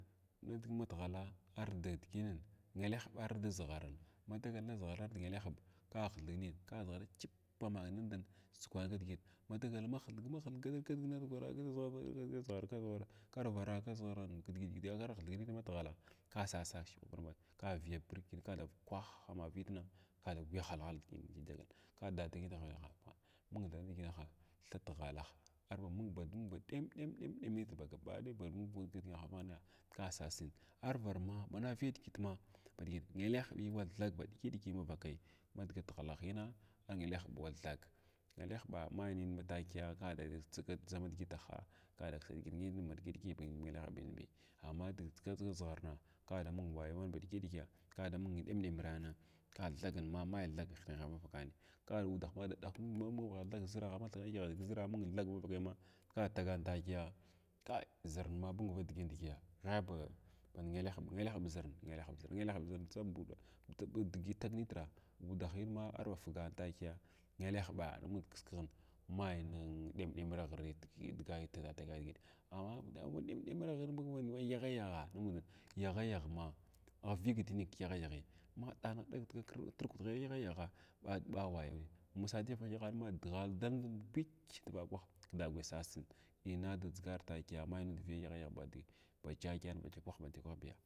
Nidiʒinin matghala ardi diginin ngelehɓa ardaʒgharin mardagal naʒharar a ngelehɓin ki hithig nin kathiranin chipps ma ndan sugwa kidigit ma dagal ma hithig ma hithig gatag swag narvara gatag gatig naʒghara arvara aʒghara arvara aʒghara kidigi, ar hrthignitr thatghala sasa shiɓran ka viya baƙ kin kada kwahhaman kada gwuya halhala dgʒin ka dad kin da hineha mung tha nidigina thahaatghala arba mung ba ɗem ɗem nitr ba gabaɗaya ba mung nidiʒa ka sas nin arvara ma mana viiya diʒitms ba diʒit ngelehɓa wa thag ba ɗiki-ɗiki mavakai, ma diga tighalina angelehɓ wn thag ba mai nin ma takiya ko da a ndʒama digitraha ka da kisa digirahi nin kidi ba ɗiki-ɗiki ni a ngelehɓi bi amma ba digi iʒ aʒgharnan ka da mung wayo ba ɗiki-ɗiki ka da mung ɗemsemiran ka thagin ma thag mai thag hinehanin yakani ka udalma da ɗuhudah nud ma thag ʒiragh ma yigha yig kʒiraghs ma mung thag manvakai ma ka tagan takiya kai zirin ma mung vaga diʒin digiya shyə ba band ngehehɓ zirna ngelehb ʒirna, ngelehɓ ʒirn tsa buuda digi tag nitra budahimma arba fugana takiya ngelehba nud kiskighig mai nin ɗemɗemiragh tu tig takiya amma, ma ɗem ɗemiraghn mung band ayaghayagha a yaghayaghma aghvigiti ning kyaha yashi mma yaghs ɓa ɓa wayo nin ma sadava hinehan ma dighal dig ɓikya dvawah ka dagwuya sasin ina da dʒigar takiya mai nud viiya ayashayaghii ba dyadyan ba dyakwah ba dynkwahbiya.